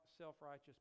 self-righteous